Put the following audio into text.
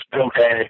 okay